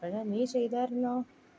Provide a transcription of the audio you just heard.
അപ്പോൾ നീ ചെയ്തായിരുന്നോ